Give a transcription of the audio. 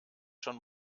schon